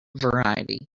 variety